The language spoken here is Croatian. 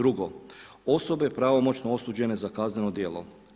2.- Osobe pravomoćno osuđene za kazneno djelo.